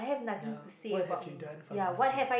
ya what have you done for the past year